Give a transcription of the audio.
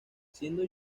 siendo